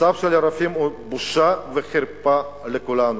המצב של הרופאים הוא בושה וחרפה לכולנו.